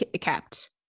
kept